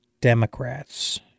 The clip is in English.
Democrats